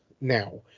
now